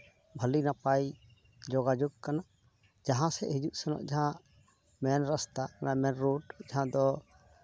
ᱵᱷᱟᱹᱞᱤ ᱱᱟᱯᱟᱭ ᱡᱳᱜᱟᱡᱳᱜᱽ ᱠᱟᱱᱟ ᱡᱟᱦᱟᱸ ᱥᱮᱡ ᱦᱤᱡᱩᱜ ᱥᱮᱱᱚᱜ ᱡᱟᱦᱟᱸ ᱢᱮᱱ ᱨᱟᱥᱛᱟ ᱚᱱᱟ ᱢᱮᱱ ᱨᱳᱰ ᱡᱟᱦᱟᱸ ᱫᱚ